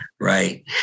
Right